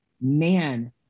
man